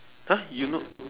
!huh! you know